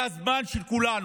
זה הזמן של כולנו,